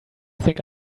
think